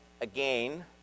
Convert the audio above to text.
again